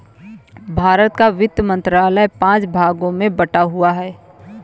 भारत का वित्त मंत्रालय पांच भागों में बटा हुआ है